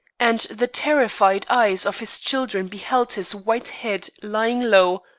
and the terrified eyes of his children beheld his white head lying low,